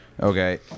Okay